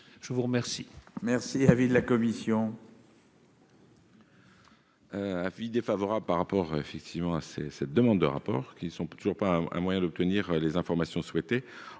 je vous remercie